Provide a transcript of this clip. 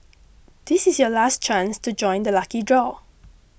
this is your last chance to join the lucky draw